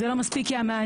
זה לא מספיק כי המענים,